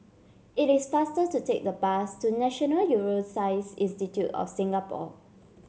it is faster to take the bus to National Neuroscience Institute of Singapore